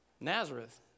Nazareth